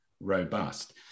robust